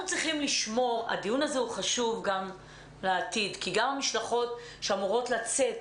הדיון הזה חשוב גם לעתיד כי גם המשלחות שאמורות לצאת